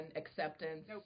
acceptance